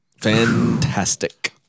fantastic